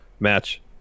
match